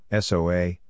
SOA